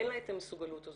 אין לה את המסוגלות הזאת,